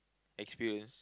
experience